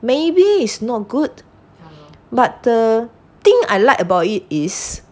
maybe is not good but the thing I like about it is